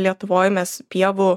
lietuvoj mes pievų